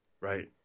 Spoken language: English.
Right